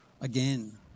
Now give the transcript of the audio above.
again